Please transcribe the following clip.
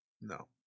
No